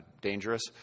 dangerous